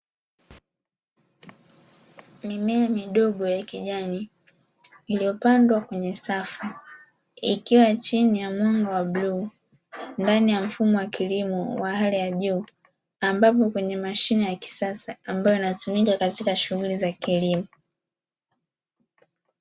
Mimea midogo ya kijani iliyopandwa kwenye safu ikiwa chini ya mwanga wa bluu ndani ya mfumo wa kilimo wa hali ya juu, ambapo kwenye mashine ya kisasa ambayo inayotumika katika shughuli za kilimo.